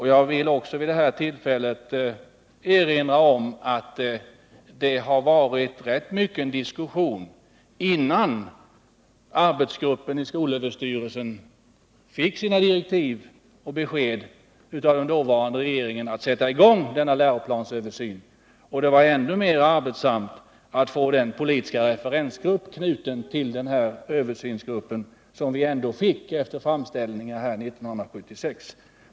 Jag vill vid detta tillfälle också erinra om att det var rätt mycken diskussion innan arbetsgruppen i skolöverstyrelsen av den dåvarande regeringen fick besked att sätta i gång med läroplansöversynen. Det var ännu mera arbetsamt att få en politisk referensgrupp knuten till översynsgruppen, men det fick vi 1976 efter upprepade framställningar, inte minst från centerpartiet.